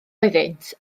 oeddynt